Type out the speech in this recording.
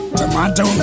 tomato